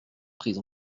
prise